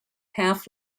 half